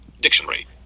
dictionary